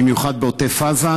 במיוחד בעוטף עזה,